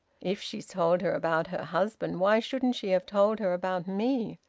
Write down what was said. if she's told her about her husband why shouldn't she have told her about me?